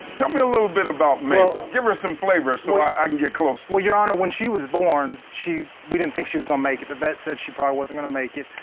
tell me a little bit about mabel. give her some flavor so i, i can get close. well, your honor, when she was born she we didn't think she was going to make it. the vet said she probably wasn't going to make it.